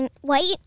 white